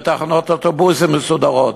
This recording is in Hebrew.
ותחנות אוטובוסים מסודרות,